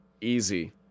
Easy